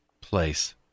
place